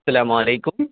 السلام علیکم